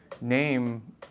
name